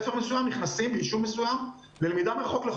הם נכנסים ללמידה מרחוק.